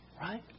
Right